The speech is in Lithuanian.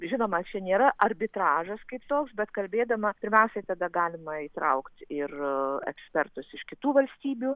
žinoma čia nėra arbitražas kaip toks bet kalbėdama pirmiausiai tada galima įtraukti ir ekspertus iš kitų valstybių